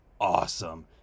awesome